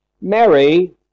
Mary